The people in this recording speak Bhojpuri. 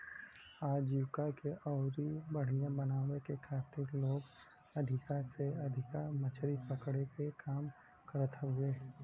आजीविका के अउरी बढ़ियां बनावे के खातिर लोग अधिका से अधिका मछरी पकड़े क काम करत हवे